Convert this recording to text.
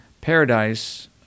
paradise